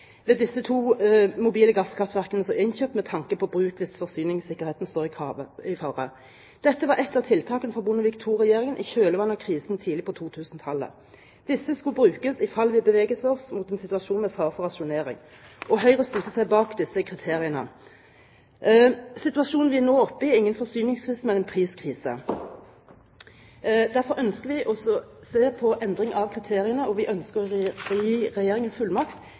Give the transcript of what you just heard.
disse to mobile gasskraftverkene, som er innkjøpt med tanke på bruk hvis forsyningssikkerheten står i fare. Dette var ett av tiltakene fra Bondevik II-regjeringen, i kjølvannet av krisen tidlig på 2000-tallet. De mobile gasskraftverkene skulle brukes i fall vi beveget oss mot en situasjon med fare for rasjonering. Høyre stilte seg bak kriteriene for oppstart av disse. Situasjonen vi nå er oppe i, er ingen forsyningskrise, men en priskrise. Derfor ønsker Høyre en revurdering av kriteriene. Og vi ønsker å gi Regjeringen fullmakt